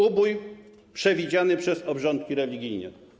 Ubój przewidziany przez obrządki religijne.